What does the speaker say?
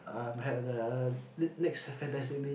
um had the next next fantastic beast